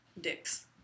Dicks